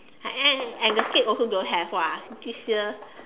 and and at the scape also don't have [what] this year